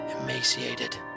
emaciated